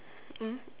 mm